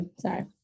sorry